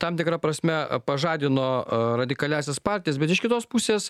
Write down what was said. tam tikra prasme pažadino radikaliąsias partijas bet iš kitos pusės